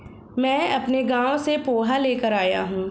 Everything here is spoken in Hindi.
मैं अपने गांव से पोहा लेकर आया हूं